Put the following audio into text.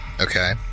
Okay